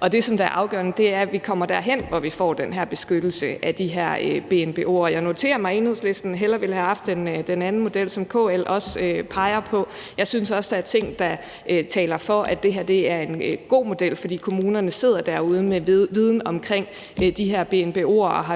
Og det, der er afgørende, er, at vi kommer derhen, hvor vi får den her beskyttelse af de her BNBO'er. Jeg noterer mig, at Enhedslisten hellere ville have haft den anden model, som KL også peger på. Jeg synes også, der er ting, der taler for, at det her er en god model, for kommunerne sidder derude med viden omkring de her BNBO'er og har